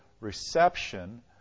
reception